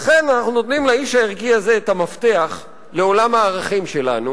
לכן אנחנו נותנים לאיש הערכי הזה את המפתח לעולם הערכים שלנו